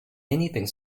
anything